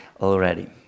already